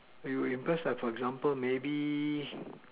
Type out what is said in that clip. you impressed lah for example maybe